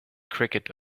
cricket